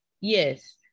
Yes